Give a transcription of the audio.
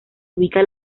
ubica